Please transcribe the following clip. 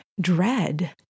dread